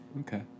Okay